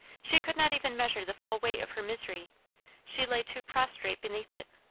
she could not even measure the full weight of her misery she lay too prostrate beneath it.